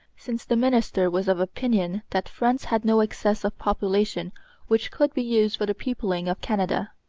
since the minister was of opinion that france had no excess of population which could be used for the peopling of canada.